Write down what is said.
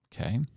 Okay